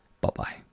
bye-bye